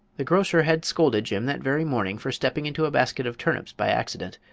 the grocer had scolded jim that very morning for stepping into a basket of turnips by accident.